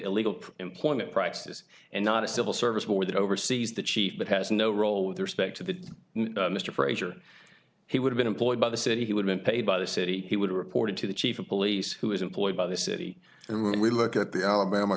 illegal employment practices and not a civil service board that oversees the chief but has no role with respect to the mr frazier he would have been employed by the city he would been paid by the city he would reported to the chief of police who is employed by the city and when we look at the alabama